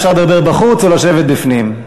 אפשר לדבר בחוץ או לשבת בפנים,